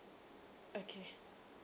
okay